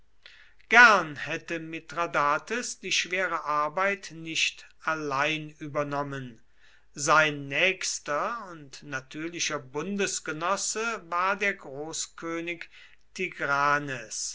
gern hätte mithradates die schwere arbeit nicht allein übernommen sein nächster und natürlicher bundesgenosse war der großkönig tigranes